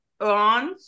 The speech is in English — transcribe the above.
on